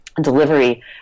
delivery